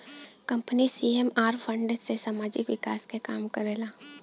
company CSR fund से सामाजिक विकास क काम करला